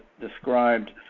described